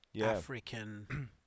African